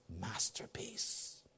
masterpiece